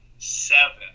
seven